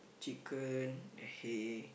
chicken hay